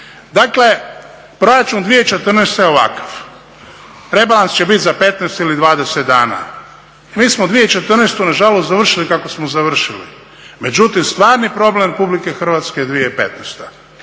Dakle, proračun 2014.je ovakav, rebalans će biti za 15 ili za 20 dana i mi smo 2014.nažalost završili kako smo završili, međutim stvarni problem RH je 2015.